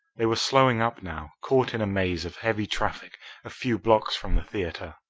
they were slowing up now, caught in a maze of heavy traffic a few blocks from the theatre.